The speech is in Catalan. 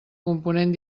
component